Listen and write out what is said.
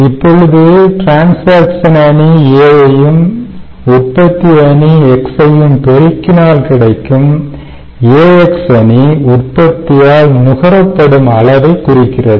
இப்பொழுது டிரன்சாக்சன் அணி A யையும் உற்பத்தி அணி X யையும் பெருக்கினால் கிடைக்கும் AX அணி உற்பத்தியால் நுகரப்படும் அளவைக் குறிக்கிறது